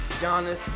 Giannis